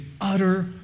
utter